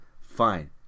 Fine